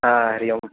आ हरि ओम्